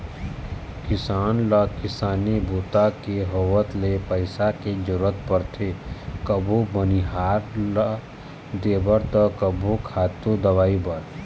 किसान ल किसानी बूता के होवत ले पइसा के जरूरत परथे कभू बनिहार ल देबर त कभू खातू, दवई बर